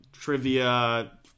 trivia